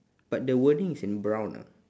but the wording is in brown ah